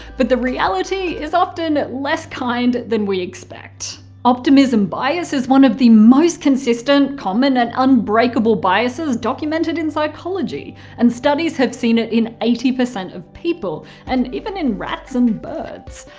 but reality is often less kind than we expect. optimism bias is one of the most consistent, common, and unbreakable biases documented in psychology and studies have seen it in eighty percent of people and even in rats and birds.